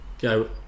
Go